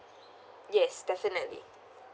yes definitely